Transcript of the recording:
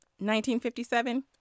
1957